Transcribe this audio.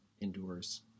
endures